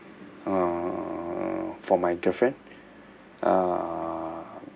err for my girlfriend uh